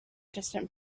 distant